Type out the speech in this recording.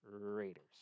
Raiders